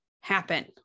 happen